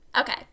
Okay